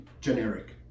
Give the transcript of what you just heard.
generic